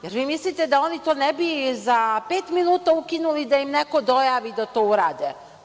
Jel vi mislite da oni to ne bi za pet minuta ukinuli da im neko dojavi da to urade?